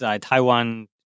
Taiwan